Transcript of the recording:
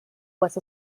was